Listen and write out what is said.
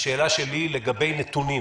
השאלה שלי לגבי נתונים